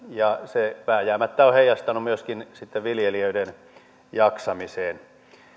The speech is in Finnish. ja se vääjäämättä on heijastunut myöskin sitten viljelijöiden jaksamiseen